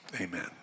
Amen